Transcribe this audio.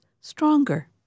stronger